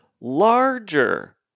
larger